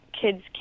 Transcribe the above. kids